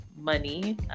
money